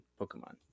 Pokemon